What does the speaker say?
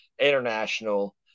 international